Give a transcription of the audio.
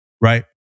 right